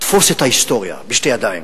תפוס את ההיסטוריה בשתי ידיים.